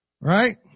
Right